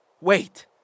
Wait